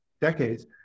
decades